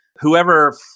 whoever